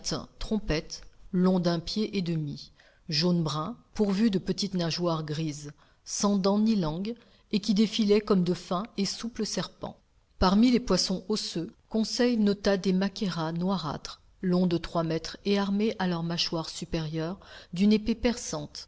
syngnathes trompettes longs d'un pied et demi jaune brun pourvus de petites nageoires grises sans dents ni langue et qui défilaient comme de fins et souples serpents parmi les poissons osseux conseil nota des makairas noirâtres longs de trois mètres et armés à leur mâchoire supérieure d'une épée perçante